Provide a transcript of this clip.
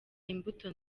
imbuto